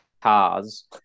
cars